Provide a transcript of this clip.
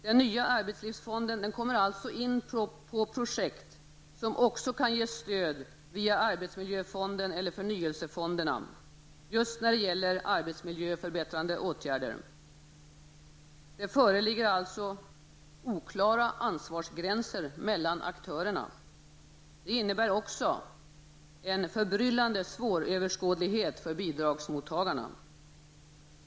Den nya arbetslivsfonden kommer alltså in på projekt som också kan ges stöd via arbetsmiljöfonden eller förnyelsefonderna -- just när det gäller arbetsmiljöförbättrande åtgärder. Det föreligger alltså oklara ansvarsgränser mellan aktörerna. Det innebär också en förbryllande svåröverskådlighet för bidragsmottagarna.